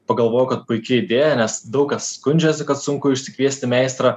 pagalvojau kad puiki idėja nes daug kas skundžiasi kad sunku išsikviesti meistrą